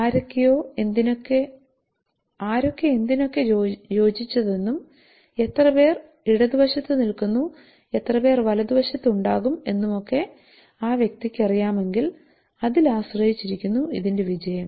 ആരോക്കെ എന്തിനൊക്കെ യോജിച്ചതെന്നും എത്ര പേർ ഇടത് വശത്ത് നിൽക്കുന്നു എത്ര പേർ വലതുവശത്ത് ഉണ്ടാകും എന്നുമൊക്കെ ആ വ്യക്തിക്ക് അറിയാമെങ്കിൽ അതിൽ ആശ്രയിച്ചിരിക്കുന്നു ഇതിന്റെ വിജയം